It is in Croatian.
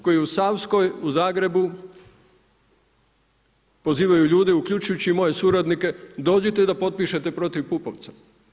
Koji je u Savskoj u Zagrebu, pozivaju ljude, uključujući i moje suradnike, dođite da potpišete protiv Pupovca.